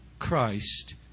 Christ